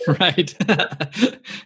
right